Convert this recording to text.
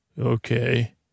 Okay